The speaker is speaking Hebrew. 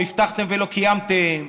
הבטחתם ולא קיימתם,